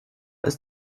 ist